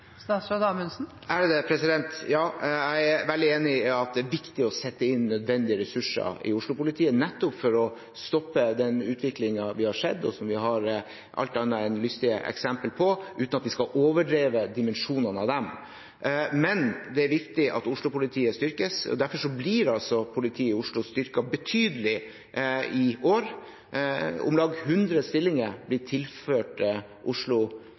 Jeg er veldig enig i at det er viktig å sette inn nødvendige ressurser i Oslo-politiet, nettopp for å stoppe den utviklingen vi har sett, og som vi har alt annet enn lystige eksempler på, uten at vi skal overdrive dimensjonene i dem. Det er viktig at Oslo-politiet styrkes. Derfor blir politiet i Oslo styrket betydelig i år. Om lag 100 stillinger blir tilført Oslo politidistrikt og nærmere 100 mill. kr i økninger. Det er snakk om en sterk styrking av politiet i Oslo,